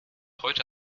heute